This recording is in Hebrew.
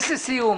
נכון.